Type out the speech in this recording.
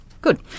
Good